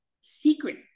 secret